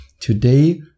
Today